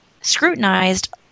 scrutinized